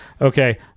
Okay